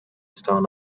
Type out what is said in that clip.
stern